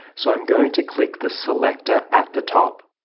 so i'm going to click the selector at the top,